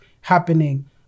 happening